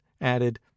added